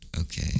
Okay